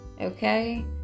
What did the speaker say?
okay